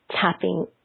tapping